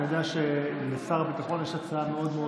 אני יודע שלשר הביטחון יש הצעה מאוד מאוד